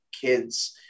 kids